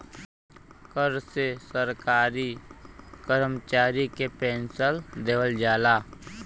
कर से सरकारी करमचारी के पेन्सन देवल जाला